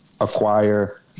acquire